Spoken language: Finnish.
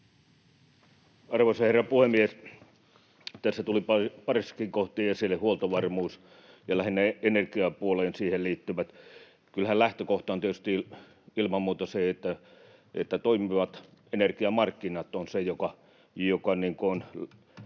Arvoisa herra puhemies! Tässä tuli parissakin kohtaa esille huoltovarmuus lähinnä energiapuoleen liittyen. Kyllähän lähtökohta on tietysti ilman muuta se, että toimivat energiamarkkinat ovat se pohja